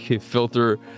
filter